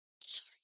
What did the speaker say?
Sorry